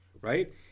right